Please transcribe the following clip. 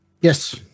Yes